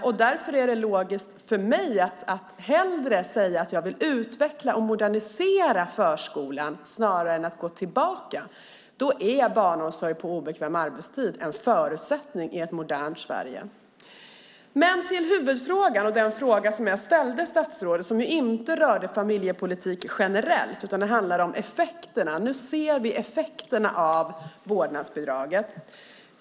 För mig är det logiskt att säga att jag vill utveckla och modernisera förskolan snarare än att gå tillbaka, och då är barnomsorg på obekväm arbetstid en förutsättning i ett modernt Sverige. Huvudfrågan, alltså den fråga jag ställde till statsrådet och som inte rörde familjepolitik generellt, handlade om effekterna. Nu ser vi effekterna av vårdnadsbidraget.